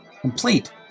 complete